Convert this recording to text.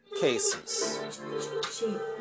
Cases